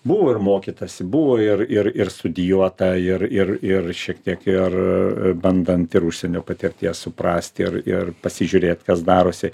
buvo ir mokytasi buvo ir ir ir studijuota ir ir ir šiek tiek ir bandant ir užsienio patirties suprasti ir ir pasižiūrėt kas darosi